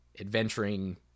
adventuring